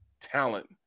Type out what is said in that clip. talent